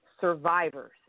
survivors